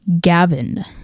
gavin